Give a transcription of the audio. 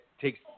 takes